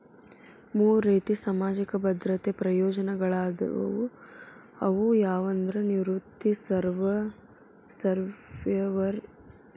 ಮೂರ್ ರೇತಿ ಸಾಮಾಜಿಕ ಭದ್ರತೆ ಪ್ರಯೋಜನಗಳಾದವ ಅವು ಯಾವಂದ್ರ ನಿವೃತ್ತಿ ಸರ್ವ್ಯವರ್ ಮತ್ತ ಅಂಗವೈಕಲ್ಯ